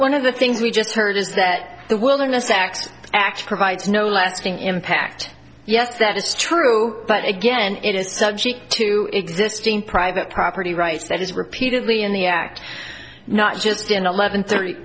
one of the things we just heard is that the wilderness act actually provides no lasting impact yes that is true but again it is subject to existing private property rights that is repeatedly in the act not just in eleven th